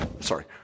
sorry